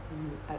mm I